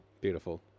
Beautiful